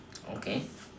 okay